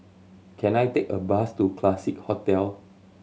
can I take a bus to Classique Hotel